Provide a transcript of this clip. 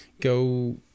Go